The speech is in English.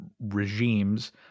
regimes